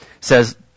says